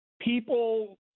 people